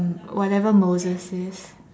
whatever Moses is